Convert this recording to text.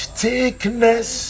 thickness